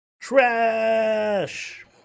Trash